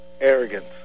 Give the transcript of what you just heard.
Arrogance